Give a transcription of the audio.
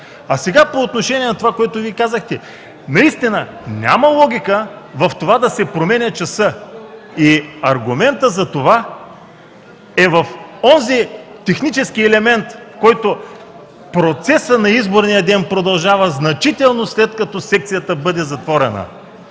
кодекс. По отношение на това, което казахте. Наистина няма логика да се променя часът. Аргументът за това е в онзи технически елемент, в който процесът на изборния ден продължава значително, след като секцията бъде затворена.